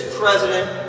president